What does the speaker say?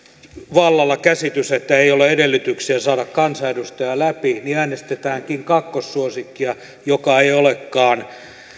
vallalla käsitys että hänen ykkössuosikkipuolueellaan ei ole edellytyksiä saada kansanedustajaa läpi äänestetäänkin kakkossuosikkia joka ei olekaan